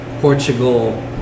Portugal